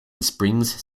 springs